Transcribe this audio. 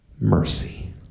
mercy